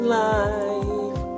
life